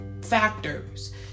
factors